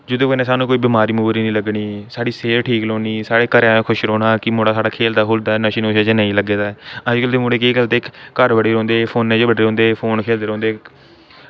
जेह्दे कन्नै सानू कोई बमारी बमूरी निं लग्गनी साढ़ी सेह्त ठीक रौह्नी साढ़े घरै आह्लें खुश रौह्ना कि मुड़ा साढ़ा खेलदा खूलदा नशे नशू च नेईं लग्गे दा ऐ अज्जकल दे मुड़े केह् करदे घर बड़ै दे रौंह्दे फौनै च बड़े दे रौंहदे फोन खेलदे रौंहदे